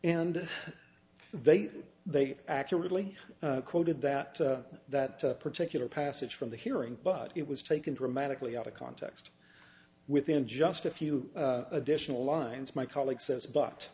and they think they accurately quoted that that particular passage from the hearing but it was taken dramatically out of context within just a few additional lines my colleague says but